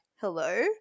hello